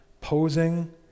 posing